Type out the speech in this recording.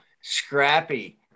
Scrappy